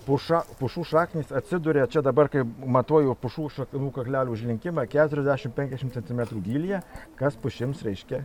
puša pušų šaknys atsiduria čia dabar kaip matuoju pušų šaknų kaklelių užlinkimą keturiasdešim penkiasdešim centimetrų gylyje kas pušims reiškia